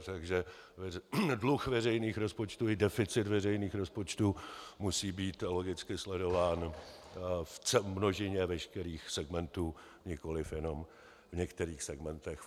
Takže dluh veřejných rozpočtů i deficit veřejných rozpočtů musí být logicky sledován v množině veškerých segmentů, nikoliv jenom v některých segmentech.